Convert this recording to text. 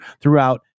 throughout